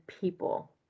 people